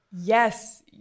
Yes